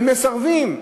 והם מסרבים.